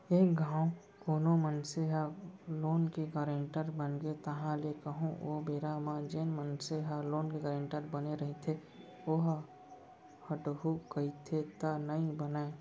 एक घांव कोनो मनसे ह लोन के गारेंटर बनगे ताहले कहूँ ओ बेरा म जेन मनसे ह लोन के गारेंटर बने रहिथे ओहा हटहू कहिथे त नइ बनय